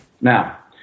Now